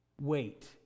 Wait